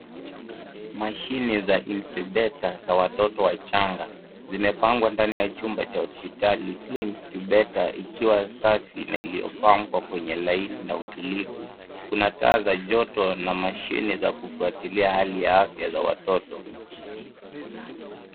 Mashine za incubator za watoto wachanga zimepangwa ndani ya chumba cha hospitali. Kila incubator ikiwa safi na iliyopangwa kwenye laini na utulivu. Kuna taa za joto na mashine za kufuatilia hali ya afya za watoto.